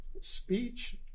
speech